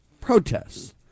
protests